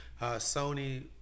Sony